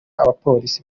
abapolisi